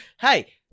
Hey